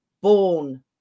born